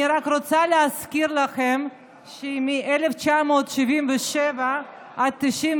אני רק רוצה להזכיר לכם שמ-1977 עד 1993